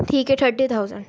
ठीक है thirty thousand